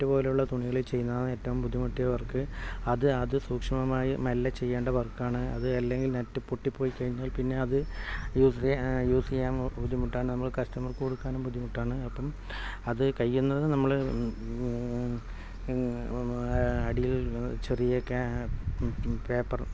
net പോലെയുള്ള തുണികളിൽ ചെയ്യുന്നതാണ് ഏറ്റവും ബുദ്ധിമുട്ടിയ വർക്ക് അത് അത് സൂക്ഷ്മമായി മെല്ലെ ചെയ്യേണ്ട വർക്കാണ് അത് അല്ലെങ്കിൽ നെറ്റ് പൊട്ടിപ്പോയിക്കഴിഞ്ഞാൽ പിന്നെ അത് യൂസ് യൂസ് ചെയ്യാൻ ബുദ്ധിമുട്ടാണ് നമ്മൾ കസ്റ്റമർക്ക് കൊടുക്കാനും ബുദ്ധിമുട്ടാണ് അപ്പം അത് കഴിയുന്നതും നമ്മൾ അടിയിൽ ചെറിയ ക്യാ പേപ്പർ